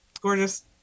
Gorgeous